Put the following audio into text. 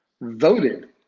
voted